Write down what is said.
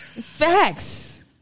Facts